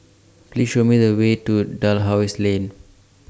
Please Show Me The Way to Dalhousie Lane